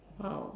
!wow!